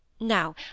Now